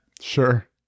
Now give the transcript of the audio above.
Sure